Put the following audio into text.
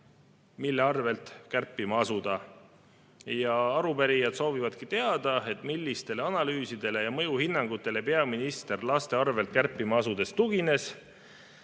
mille arvelt kärpima asuda. Arupärijad soovivadki teada, millistele analüüsidele ja mõjuhinnangutele peaminister laste arvelt kärpima asudes tugines.